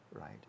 right